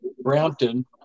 Brampton